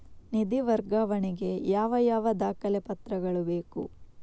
ನಿಧಿ ವರ್ಗಾವಣೆ ಗೆ ಯಾವ ಯಾವ ದಾಖಲೆ ಪತ್ರಗಳು ಬೇಕು?